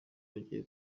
bagiye